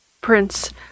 prince